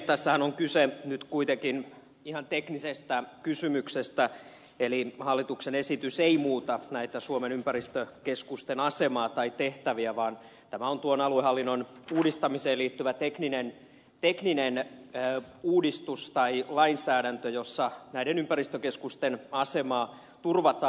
tässähän on kyse nyt kuitenkin ihan teknisestä kysymyksestä eli hallituksen esitys ei muuta suomen ympäristökeskusten asemaa tai tehtäviä vaan tämä on aluehallinnon uudistamiseen liittyvä tekninen uudistus tai lainsäädäntö jossa ympäristökeskusten asemaa turvataan